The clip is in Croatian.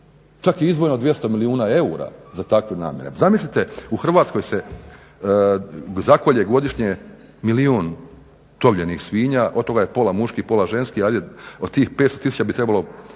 Čak je izdvojeno 200 milijuna eura za takve namjene. Zamislite, u Hrvatskoj se zakolje godišnje milijun tovljenih svinja, od toga je pola muških, pola ženskih, od tih 500 000 bi trebalo